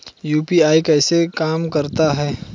UPI कैसे काम करता है?